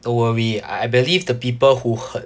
don't worry I believe the people who heard